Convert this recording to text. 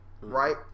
right